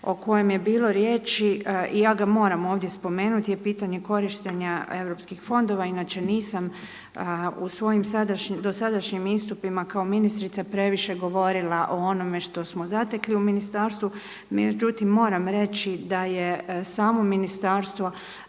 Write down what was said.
o kojem je bilo riječi i ja ga moram ovdje spomenuti je pitanje korištenja europskih fondova. Inače nisam u svojim dosadašnjim istupima kao ministrica previše govorila o onome što smo zatekli u ministarstvu. Međutim moram reći da je samo ministarstvo